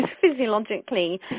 physiologically